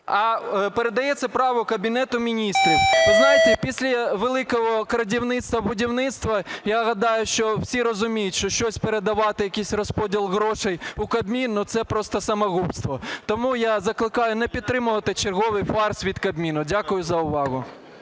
а передає це право Кабінету Міністрів. Ви знаєте, після "великого крадівництва-будівництва", я гадаю, що всі розуміють, що щось передавати, якийсь розподіл грошей у Кабмін – ну, це просто самогубство. Тому я закликаю не підтримувати черговий фарс від Кабміну. Дякую за увагу.